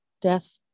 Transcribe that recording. death